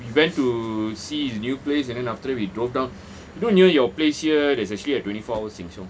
we went to see his new place and then after that we drove down you know near your place here there's actually a twenty four hour sheng siong